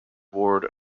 ward